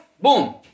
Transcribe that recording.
boom